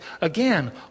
again